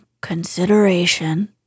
consideration